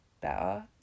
better